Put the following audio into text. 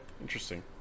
Interesting